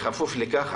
בכפוף לכך,